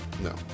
no